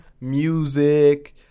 music